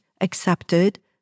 accepted